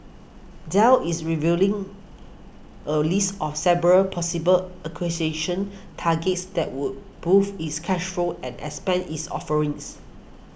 Dell is reviewing a list of several possible acquisition targets that would boost its cash flow and expand its offerings